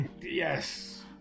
yes